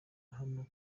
hano